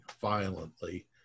violently